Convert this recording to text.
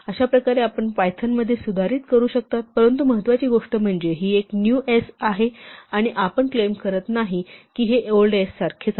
अशाप्रकारे आपण पायथनमध्ये सुधारित करू शकता परंतु महत्वाची गोष्ट म्हणजे ही एक न्यू s आहे आणि आपण क्लेम करत नाही की हे ओल्ड s सारखेच आहे